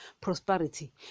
prosperity